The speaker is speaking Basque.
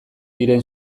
diren